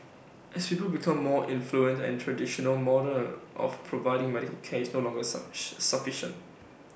as people become more affluent the traditional model of providing medical care is no longer sufficient sufficiention